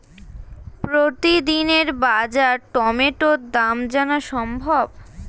প্রতিদিনের বাজার টমেটোর দাম জানা সম্ভব?